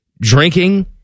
drinking